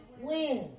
wins